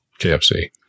KFC